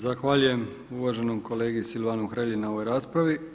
Zahvaljujem uvaženom kolegi Silvanu Hrelji na ovoj raspravi.